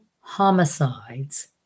homicides